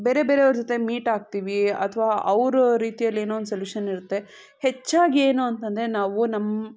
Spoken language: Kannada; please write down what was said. ಬೇರೆ ಬೇರೆಯವರ ಜೊತೆ ಮೀಟ್ ಆಗ್ತೀವಿ ಅಥವಾ ಅವರ ರೀತಿಯಲ್ಲಿ ಏನೋ ಒಂದು ಸೊಲ್ಯೂಶನ್ ಇರುತ್ತೆ ಹೆಚ್ಚಾಗಿ ಏನು ಅಂತಂದರೆ ನಾವು ನಮ್ಮ